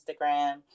Instagram